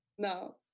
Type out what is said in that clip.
No